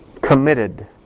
committed